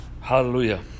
hallelujah